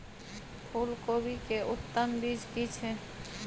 फूलकोबी के उत्तम बीज की छै?